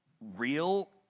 real